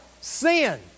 Sin